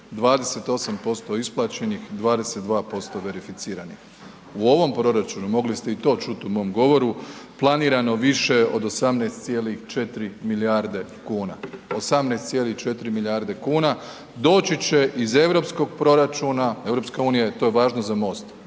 28% isplaćenih i 22% verificiranih. U ovom proračunu, mogli ste i to čuti u mom govoru planirano više od 18,4 milijarde kuna, 18,4 milijarde kuna. Doći će iz europskog proračuna, EU je, to je važno za